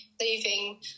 leaving